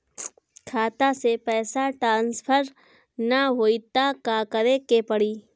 खाता से पैसा टॉसफर ना होई त का करे के पड़ी?